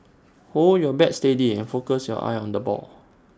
hold your bat steady and focus your eyes on the ball